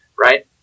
Right